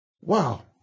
wow